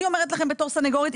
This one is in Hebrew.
אני אומרת לכם בתור סנגורית,